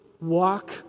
walk